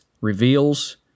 reveals